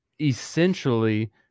essentially